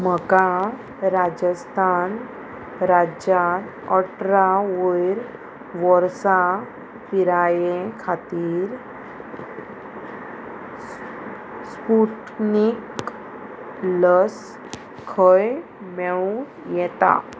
म्हाका राजस्थान राज्यांत अठरा वयर वर्सां पिराये खातीर स्पुटनीक लस खंय मेळूं येता